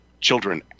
children